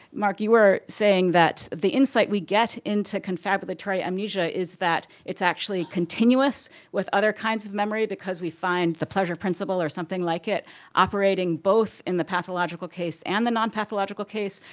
mark, you were saying that the insight we get into confabulatory amnesia is that it's actually continuous with other kinds of memory because we find the pleasure principle or something like it operating both in the pathological case and the non-pathological case,